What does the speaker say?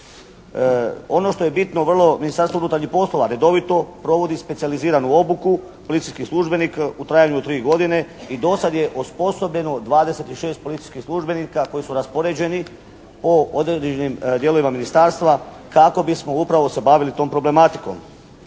Ono što je bitno vrlo, Ministarstvo unutarnjih poslova redovito provodi specijaliziranu obuku policijskih službenika u trajanju od tri godine i do sada je osposobljeno 26 policijskih službenika koji su raspoređeni po određenim dijelovima ministarstva kako bismo upravo se bavili tom problematikom.